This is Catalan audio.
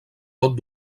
pot